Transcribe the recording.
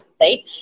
right